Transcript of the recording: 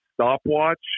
stopwatch